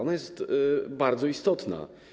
Ona jest bardzo istotna.